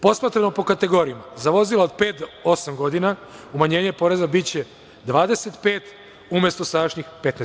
Posmatrano po kategorijama, za vozila od pet do osam godina umanjenje poreza biće 25 umesto sadašnjih 15%